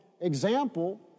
example